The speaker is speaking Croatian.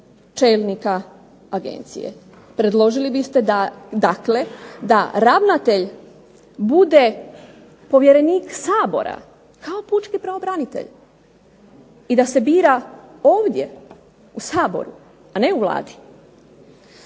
čelnika Agencije. Predložili biste da, dakle da ravnatelj bude povjerenik Sabora kao pučki pravobranitelj i da se bira ovdje u Saboru, a ne u Vladi.